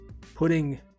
putting